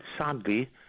sadly